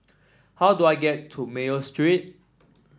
how do I get to Mayo Street